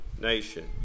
nation